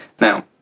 now